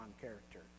character